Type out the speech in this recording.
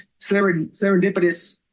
serendipitous